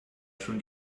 schon